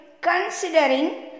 considering